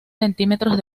centímetros